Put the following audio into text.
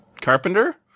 Carpenter